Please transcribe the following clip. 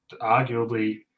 arguably